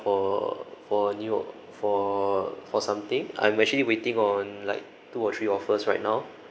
for for new for for something I'm actually waiting on like two or three offers right now